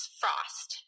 frost